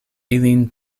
ilin